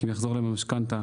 אם תחזור להם המשכנתה,